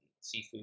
seafood